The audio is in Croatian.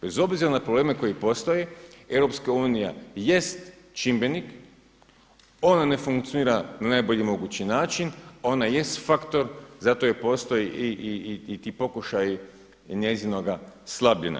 Bez obzira na probleme koji postoje EU jest čimbenik, ona ne funkcionira na najbolji mogući način, ona jest faktor zato i postoje ti pokušaji njezinoga slabljenja.